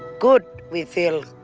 good! we feel.